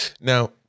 Now